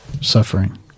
suffering